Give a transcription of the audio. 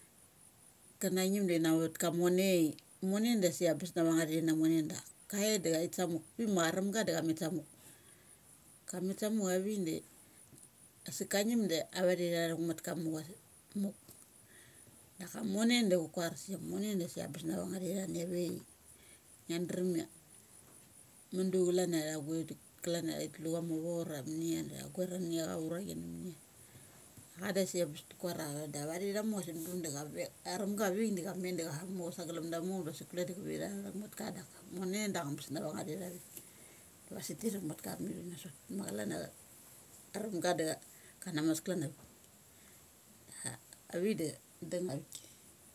Ka na ngip da thi vatka momei i, mone dasik ambes na va nga thena mone dak, kait da chait sa muk. Pik ma aramga da chamet sa muk. Ka met sa muk avik de asik ka ngip da avathere tha thuk matka mukia san, muk. Daka mone da cha kuarasia mone da sik ambes na vanga there tha nia ve ngia drum ia mudu chalan ia tha guedik klan a thi hucha ma chor ura munis tha guar nani acha una chini, cha dasik a bes ti kuar a chada vathere tha mukia sanbam da chave aramga avik da cha met da cha mu sagal da muk asik kuleds chavi tha tha vat ka daka mone da ango bes na vangnga there tha ve. Masik ti thuk mu ka mi thu na sot pi ma calan a tirumga da kana mas klan avik. A avikda dung avik.